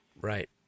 right